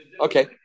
Okay